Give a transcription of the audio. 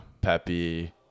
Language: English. Pepe